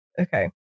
Okay